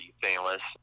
stainless